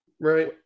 Right